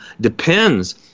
depends